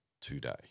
today